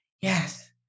yes